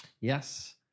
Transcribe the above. yes